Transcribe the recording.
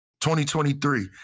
2023